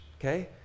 okay